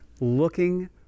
Looking